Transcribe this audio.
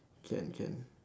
can can